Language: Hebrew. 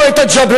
רואה את הג'בלאות,